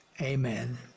amen